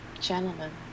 Gentlemen